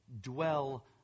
Dwell